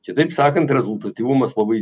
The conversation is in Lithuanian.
kitaip sakant rezultatyvumas labai